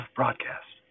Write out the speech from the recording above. broadcast